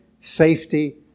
safety